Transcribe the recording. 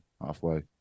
halfway